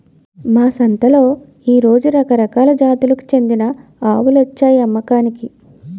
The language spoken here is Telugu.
మా సంతలో ఈ రోజు రకరకాల జాతులకు చెందిన ఆవులొచ్చాయి అమ్మకానికి